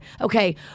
okay